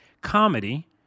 comedy